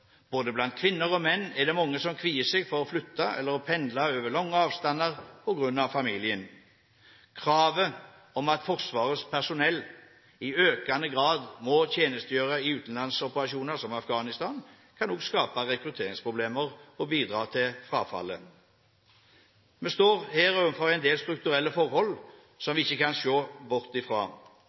Blant både kvinner og menn er det mange som kvier seg for å flytte eller pendle over lange avstander på grunn av familien. Kravet om at Forsvarets personell i økende grad må tjenestegjøre i utenlandsoperasjoner, som i Afghanistan, kan også skape rekrutteringsproblemer og bidra til frafall. Vi står her overfor en del strukturelle forhold som vi ikke kan se bort ifra.